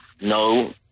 no